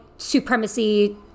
supremacy